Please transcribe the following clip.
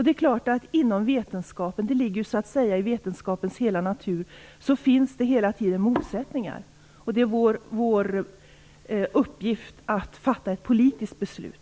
Det är klart att inom vetenskapen - det ligger så att säga i vetenskapens natur - finns det hela tiden motsättningar. Och det är vår uppgift att fatta ett politiskt beslut.